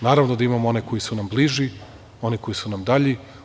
Naravno da imamo one koji su nam bliži, one koji su nam dalji.